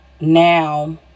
now